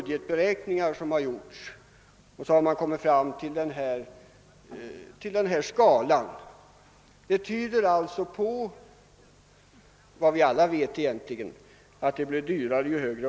Den visar egentligen bara vad vi alla vet, att kostnaderna för barnen stiger ju äldre de blir.